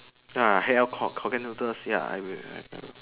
ya hell clock Korean noodles ya I will I will